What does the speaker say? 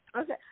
Okay